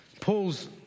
Paul's